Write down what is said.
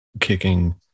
kicking